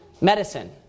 medicine